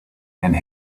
and